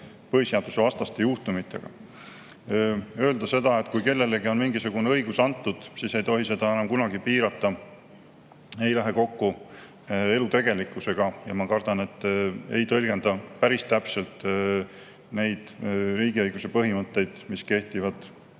põhiseadusvastaste juhtumitega. Öelda seda, et kui kellelegi on mingisugune õigus antud, siis ei tohi seda enam kunagi piirata, ei lähe kokku elu tegelikkusega ja ma kardan, et see ei tõlgenda päris täpselt neid riigiõiguse põhimõtteid, mis kehtivad